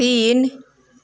तीन